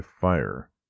fire